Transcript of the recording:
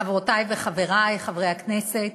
חברותי וחברי חברי הכנסת,